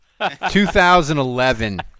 2011